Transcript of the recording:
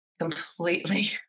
completely